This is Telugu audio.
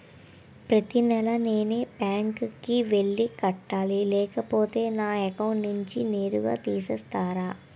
ప్రతి నెల నేనే బ్యాంక్ కి వెళ్లి కట్టాలి లేకపోతే నా అకౌంట్ నుంచి నేరుగా తీసేస్తర?